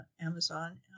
Amazon